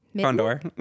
Condor